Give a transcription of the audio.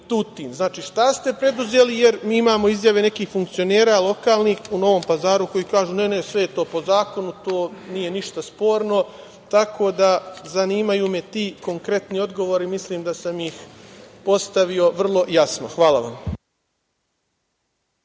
Dakle, šta ste preduzeli, jer mi imamo izjave nekih funkcionera, lokalnih, u Novom Pazaru koji kažu – ne, ne, sve je to po zakonu, nije to ništa sporno? Zanimaju me ti konkretni odgovori. Mislim da sam ih postavio vrlo jasno. Hvala vam.